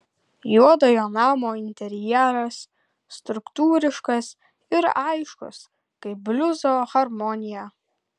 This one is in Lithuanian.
juodojo namo interjeras struktūriškas ir aiškus kaip bliuzo harmonija